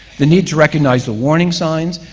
the need to recognize the warning signs,